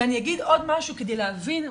אני אגיד עוד משהו כדי להבין,